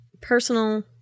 personal